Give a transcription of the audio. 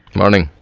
morning